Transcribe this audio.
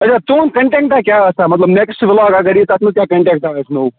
اچھا تہُنٛد کَنٹینٹاہ کیٛاہ آسان مطلب نیکسٹ بُلاگ اَگر یِیہِ تَتھ منٛزکیٛاہ کَنٹینٹاہ آسہِ نوٚو